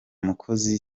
mukozi